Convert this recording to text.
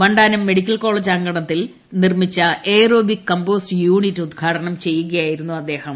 Vandanam medical college അങ്കണത്തിൽ നിർമ്മിച്ചു aerobic compost unit ഉദ്ഘാടനം ചെയ്യുകയായിരുന്നു അദ്ദേഹം